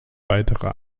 weitere